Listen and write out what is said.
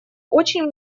очень